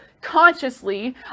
consciously